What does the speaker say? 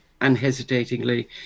unhesitatingly